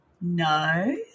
no